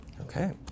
Okay